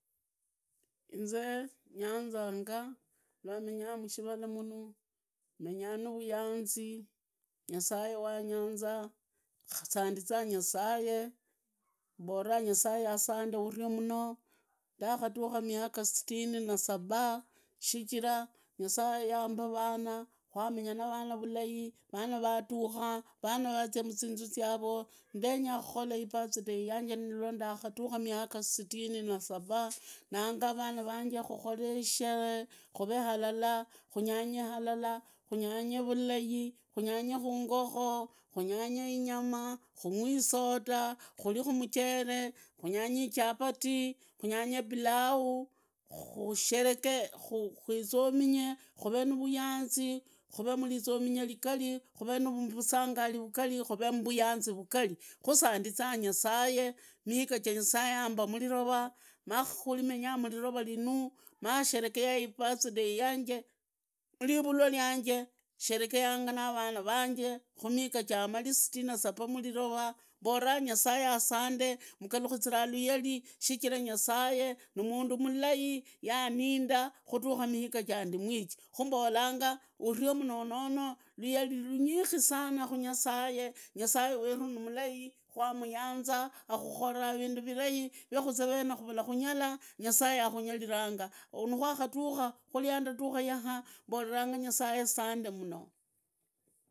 Inze nyanzanga lwamenyaa mushivala munu, menyaa na vuyanzi, nyasaye wanyanza sandizaa nyasaye, mbora nyasaye asande urie muno, ndarihaduka miga sitini na saba, shichiru nyasaye yambaa vana, kwamenyaa na vana vulai vana vututia, vana vazia muzinzu zyaro, ndenya kukola ibirtday yanje ndakaduka miaka sitini na saba, naanga vana vanje kukhole isheree, kunyanye halala, kuonge alala, kunyanye vulai, kunyanye injokoo, inyamaa kungwi isoda, kuriku mucheree kunyanye icharati, kunyanye pilau, kusherekee, kwisominyee kuvee nuvuyanzi, kuve mlisominywa ligari, kuveemu vusungali vugali kuve mbuyanzi vugali, khu sandiza nyasaye miga nyasaye yambaa mulirova, nimenya mulirovo yumu maasherekea, ibirthday yanje murivurwa vyanje sherekea na vana vanje, khumika jamari sitini na saba mulirova, mboola nyasaye asande, mgarukizira luyali shishira nyasaye ni mundu mulai yaaninda kuthuka miga cha mbemuiji, khu mbolanga urie lunyaliki sana kunyasaye, nyasaye weru nimulai mwamuyanza akukollanga, vindu vilai yakhuze vene kuvula kunyala nyasaye akunyalilanga, kuna ndakatuka, kuri ndakaduria yaha mbolanga nyasaye asande mno.